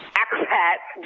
acrobats